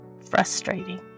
Frustrating